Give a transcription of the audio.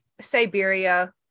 Siberia